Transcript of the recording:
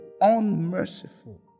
unmerciful